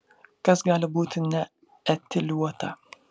kas gali būti neetiliuota